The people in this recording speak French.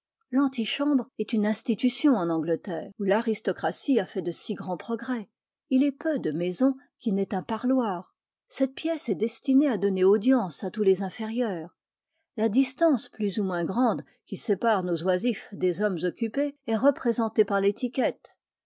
l'antichambre est une institution en angleterre où l'aristocratie a fait de si grands progrès il est peu de maisons qui n'aient un parloir cette pièce est destinée à donner audience à tous les inférieurs la distance plus ou moins grande qui sépare nos oisifs des hommes occupés est représentée par l'étiquette